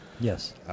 Yes